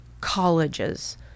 colleges